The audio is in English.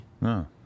No